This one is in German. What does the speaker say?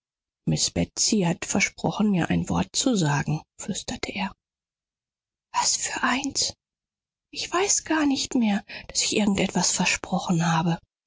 hat versprochen mir ein wort zu sagen flüsterte er was für eins ich weiß gar nicht mehr daß ich irgend etwas versprochen habe